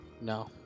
No